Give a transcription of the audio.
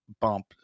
bump